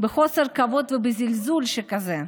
חוסר כבוד וזלזול שכזה?